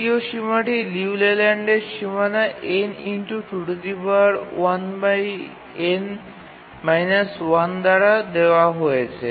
দ্বিতীয় সীমাটি লিউ লেল্যান্ডের সীমানা দ্বারা দেওয়া হয়েছে